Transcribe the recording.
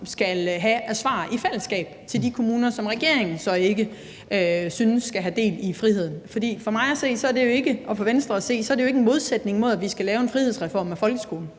skal have af svar i fællesskab til de kommuner, som regeringen så ikke synes skal have del i friheden. For mig og for Venstre at se er det jo ikke en modsætning til, at vi skal lave en frihedsreform af folkeskolen;